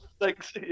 Thanks